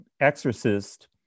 exorcist